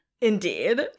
Indeed